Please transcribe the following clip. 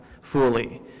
fully